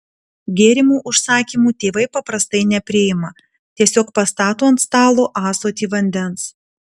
gėrimų užsakymų tėvai paprastai nepriima tiesiog pastato ant stalo ąsotį vandens